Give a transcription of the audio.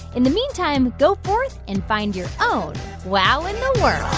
in the meantime, go forth and find your own wow in the world